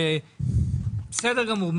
בסדר גמור,